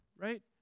right